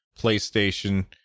PlayStation